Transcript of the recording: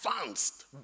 advanced